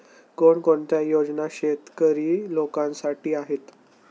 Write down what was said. कोणकोणत्या योजना शेतकरी लोकांसाठी आहेत?